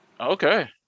Okay